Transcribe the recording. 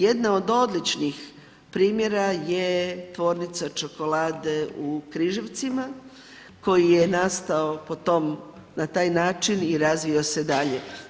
Jedan od odličnih primjera je tvornica čokolade u Križevcima koji je nastao na taj način i razvio se dalje.